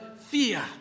fear